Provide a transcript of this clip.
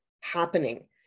happening